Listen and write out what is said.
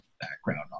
background